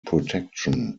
protection